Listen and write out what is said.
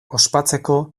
ospatzeko